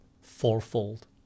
fourfold